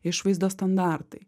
išvaizdos standartai